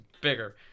bigger